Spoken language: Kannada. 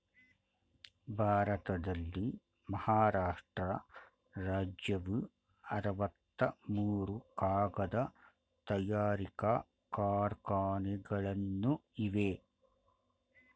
ಭಾರತದಲ್ಲಿ ಮಹಾರಾಷ್ಟ್ರ ರಾಜ್ಯವು ಅರವತ್ತ ಮೂರು ಕಾಗದ ತಯಾರಿಕಾ ಕಾರ್ಖಾನೆಗಳನ್ನು ಇವೆ